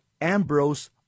Ambrose